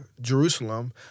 Jerusalem